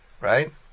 right